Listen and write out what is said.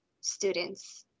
students